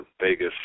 Vegas